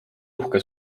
uhke